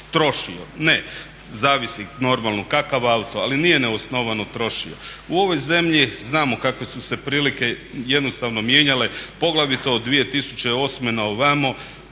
trošio, ne, zavisi normalno kakav auto ali nije neosnovano trošio. U ovoj zemlji znamo kakve su se prilike jednostavno mijenjale, poglavito od 2008. na ovamo.